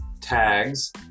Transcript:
tags